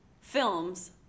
films